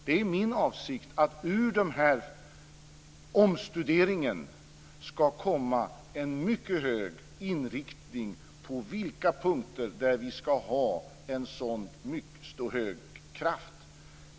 Det är min avsikt att det ur denna omstudering ska komma en mycket stark inriktning på vilka punkter som vi ska ha en så stark kraft.